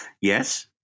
Yes